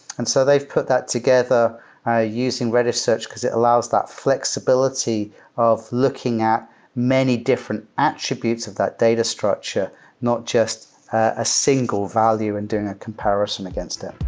and so they've put that together using redis search, because it allows that flexibility of looking at many different attributes of that data structure not just a single value and doing a comparison against it.